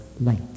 light